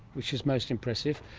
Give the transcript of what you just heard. which is most impressive.